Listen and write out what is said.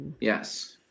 yes